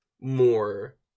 more